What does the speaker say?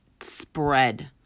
spread